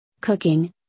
cooking